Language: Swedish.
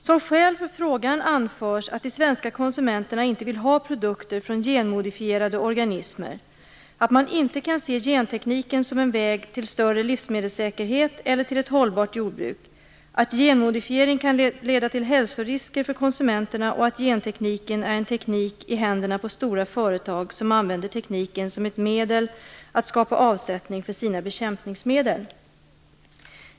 Som skäl till frågan anförs att de svenska konsumenterna inte vill ha produkter från genmodifierade organismer, att man inte kan se gentekniken som en väg till större livsmedelssäkerhet eller till ett hållbart jordbruk, att genmodifiering kan leda till hälsorisker för konsumenterna och att gentekniken är en teknik i händerna på stora företag som använder tekniken som ett medel att skapa avsättning för sina bekämpningsmedel.